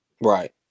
Right